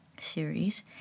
series